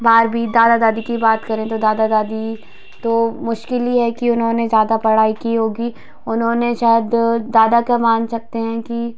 बारहवीं दादा दादी की बात करें तो दादा दादी तो मुश्किल ही है कि उन्होंने ज्यादा पढ़ाई की होगी उन्होंने शायद दादा का मान सकते हैं कि